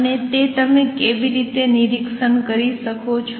અને તે તમે કેવી રીતે નિરીક્ષણ કરી શકો છો